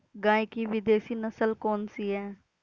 गाय की विदेशी नस्ल कौन सी है?